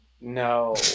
No